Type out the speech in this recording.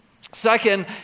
second